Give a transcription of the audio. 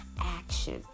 action